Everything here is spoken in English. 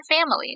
families